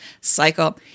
cycle